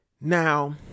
Now